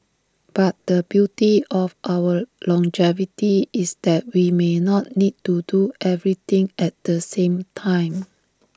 but the beauty of our longevity is that we may not need to do everything at the same time